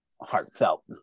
heartfelt